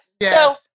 Yes